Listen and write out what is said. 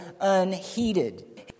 unheeded